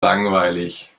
langweilig